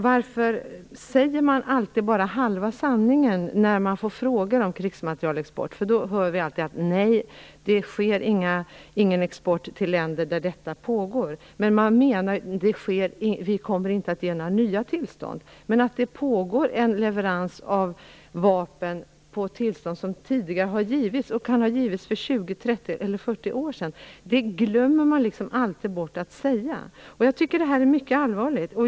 Varför säger man alltid bara halva sanningen när man får frågor om krigsmaterielexport? Då hör vi alltid: Nej, det sker ingen export till länder där detta pågår. Men man menar att man inte kommer att ge några nya tillstånd. Men att det pågår en leverans av vapen enligt tillstånd som tidigare har givits, kanske för 20, 30 eller 40 år sedan, glömmer man alltid bort att säga. Jag tycker att det är mycket allvarligt.